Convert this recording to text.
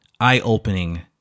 eye-opening